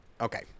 Okay